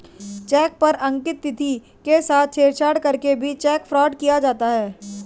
check पर अंकित तिथि के साथ छेड़छाड़ करके भी चेक फ्रॉड किया जाता है